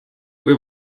või